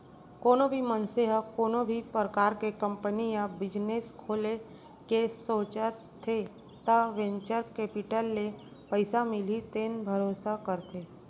कोनो भी मनसे ह कोनो भी परकार के कंपनी या बिजनेस खोले के सोचथे त वेंचर केपिटल ले पइसा मिलही तेन भरोसा करथे